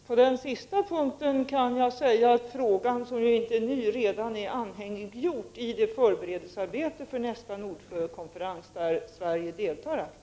Herr talman! På den sista punkten kan jag säga att frågan — som ju inte är ny — redan är anhängiggjord i förberedelsearbetet för nästa Nordsjökonferens, där Sverige deltar aktivt.